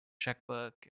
checkbook